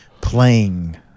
playing